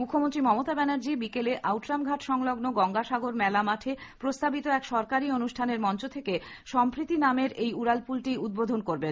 মুখ্যমন্ত্রী মমতা ব্যানার্জি আজ বিকালে আউট্রাম ঘাট সংলগ্ন গঙ্গাসাগর মেলা মাঠে প্রস্তাবিত এক সরকারি অনুষ্ঠানের মঞ্চ থেকে সম্প্রীতি নামের এই উড়ালপুলটি উদ্বোধন করবেন